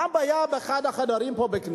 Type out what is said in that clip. מה הבעיה אם באחד החדרים פה, בכנסת,